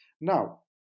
Now